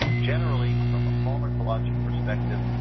generally, from a pharmacologic perspective,